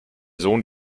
sohn